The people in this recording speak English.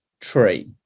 tree